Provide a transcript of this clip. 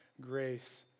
grace